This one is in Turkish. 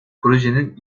projenin